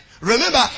Remember